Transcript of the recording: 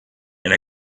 and